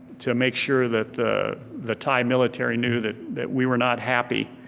to make sure that the the thai military knew that that we were not happy